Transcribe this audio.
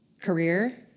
career